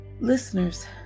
Listeners